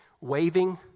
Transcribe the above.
waving